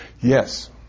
Yes